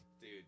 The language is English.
Dude